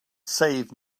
save